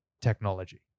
technology